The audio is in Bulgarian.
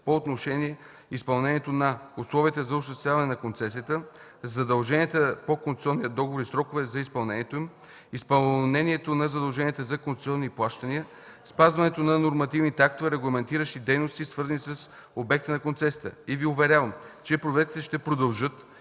по отношение на изпълнението на: - условията за осъществяване на концесията; - задълженията по концесионния договор и сроковете за изпълнението им; - изпълнението на задълженията за концесионни плащания; - спазването на нормативните актове, регламентиращи дейности, свързани с обекта на концесията. Уверявам Ви, че проверките ще продължат